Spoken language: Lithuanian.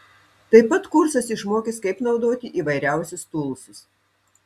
taip pat kursas išmokys kaip naudoti įvairiausius tūlsus